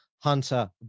Hunter